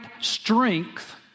strength